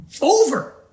over